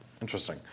Interesting